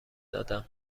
دادم